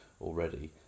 already